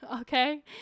Okay